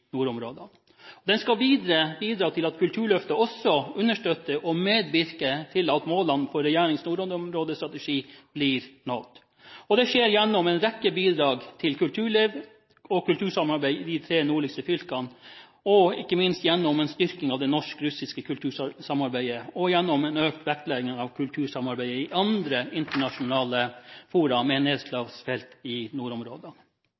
nordområdene. Den skal videre bidra til at Kulturløftet også understøtter og medvirker til at målene for regjeringens nordområdestrategi blir nådd. Det skjer gjennom en rekke bidrag til kulturliv og kultursamarbeid i de tre nordligste fylkene, og ikke minst gjennom en styrking av det norsk-russiske kultursamarbeidet og gjennom en økt vektlegging av kultursamarbeidet i andre internasjonale fora med nedslagsfelt i nordområdene.